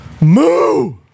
Moo